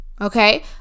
okay